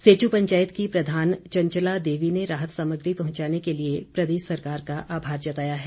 सेचू पंचायत की प्रधान चंचला देवी ने राहत सामग्री पहुंचाने के लिए प्रदेश सरकार का आभार जताया है